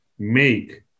make